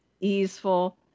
easeful